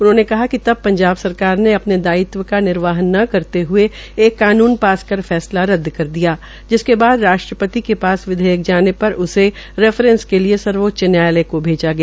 उन्होंने कहा कि पंजाब सरकार ने अपने दायित्व का निर्वाह न करते हुए एक कानून पास कर फैसला रद्द कर दिया जिसके बाद राष्ट्रपति के पास विधेयक जाने पर उसे रैफरेंस के लिए सर्वोच्च न्यायालय को भेजा गया